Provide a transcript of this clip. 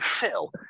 fill